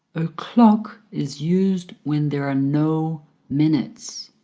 o'clock is used when there are no minutes.